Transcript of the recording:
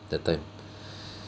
that time